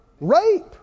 Rape